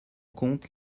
compte